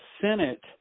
Senate